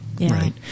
right